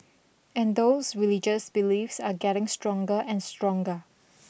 and those religious beliefs are getting stronger and stronger